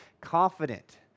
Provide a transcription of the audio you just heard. confident